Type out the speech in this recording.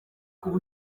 kuba